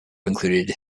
included